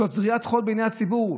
זאת זריית חול בעיני הציבור.